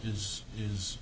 is is